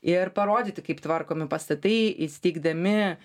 ir parodyti kaip tvarkomi pastatai įsteigdami